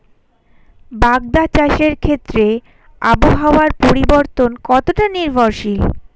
বাগদা চাষের ক্ষেত্রে আবহাওয়ার পরিবর্তন কতটা নির্ভরশীল?